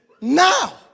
now